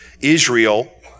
Israel